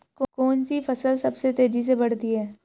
कौनसी फसल सबसे तेज़ी से बढ़ती है?